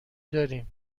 داریم